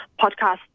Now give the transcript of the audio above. podcast